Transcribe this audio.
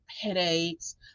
headaches